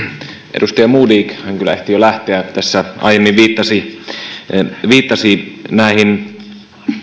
edustaja modig hän kyllä ehti jo lähteä aiemmin viittasi viittasi näihin